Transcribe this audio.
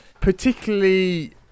particularly